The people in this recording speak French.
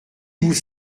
vous